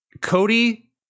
Cody